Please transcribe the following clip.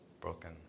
broken